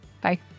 bye